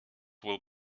will